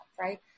right